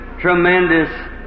tremendous